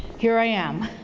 here i am.